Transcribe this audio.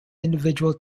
individual